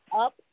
up